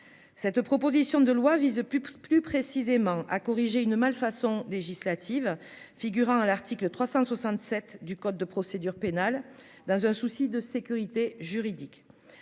cette proposition de loi vise plus plus plus précisément à corriger une malfaçon législative figurant à l'article 367 du code de procédure pénale, dans un souci de sécurité juridique